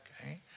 okay